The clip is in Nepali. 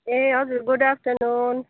ए हजुर गुड आफ्टरनुन